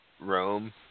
Rome